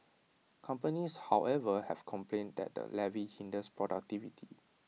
companies however have complained that the levy hinders productivity